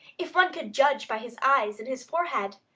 if one could judge by his eyes and his forehead,